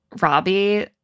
Robbie